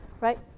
right